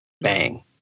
bang